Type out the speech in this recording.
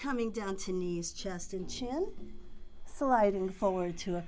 coming down to knees chest and chin sliding forward to